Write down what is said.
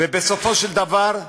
ובסופו של דבר,